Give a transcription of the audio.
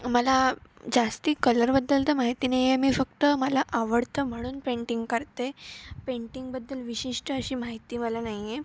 मला जास्त कलरबद्दल तर माहिती नाही आहे मी फक्त मला आवडतं म्हणून पेंटिंग करते पेंटिंगबद्दल विशिष्ट अशी माहिती मला नाही आहे